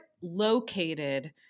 located